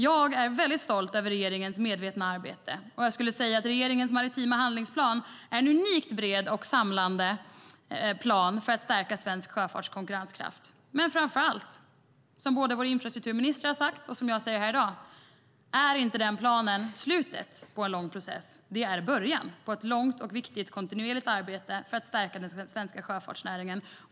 Jag är väldigt stolt över regeringens medvetna arbete, och jag skulle vilja säga att regeringens maritima handlingsplan är en unikt bred och samlande plan för att stärka svensk sjöfarts konkurrenskraft. Men framför allt, som vår infrastrukturminister har sagt och som jag säger här i dag, är den planen inte slutet på en lång process. Det är början på ett långt och viktigt kontinuerligt arbete för att stärka den svenska sjöfartsnäringen.